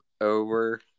over